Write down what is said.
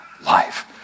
life